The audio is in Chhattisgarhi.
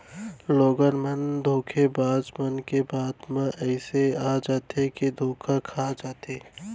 लोगन मन धोखेबाज मन के बात म अइसे आ जाथे के धोखा खाई जाथे